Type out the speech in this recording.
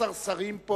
שעמד עם 18 שרים פה,